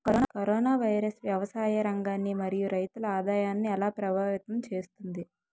Corona virus వ్యవసాయ రంగాన్ని మరియు రైతుల ఆదాయాన్ని ఎలా ప్రభావితం చేస్తుంది?